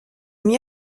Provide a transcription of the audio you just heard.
mis